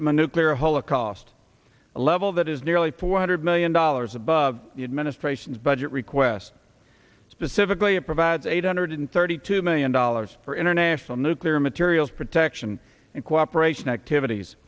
from a nuclear holocaust a level that is nearly four hundred million dollars above the administration's budget request specifically it provides eight hundred thirty two million dollars for international nuclear materials protection and cooperation activities